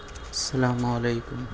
السلام علیکم